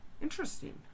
Interesting